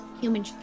Human